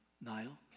Nile